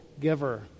giver